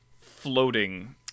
floating